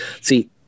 see